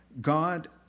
God